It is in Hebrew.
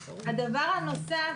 דבר נוסף,